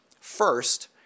First